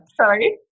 Sorry